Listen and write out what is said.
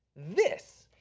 this.